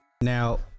Now